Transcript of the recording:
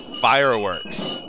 fireworks